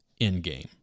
Endgame